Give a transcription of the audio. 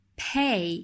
pay 。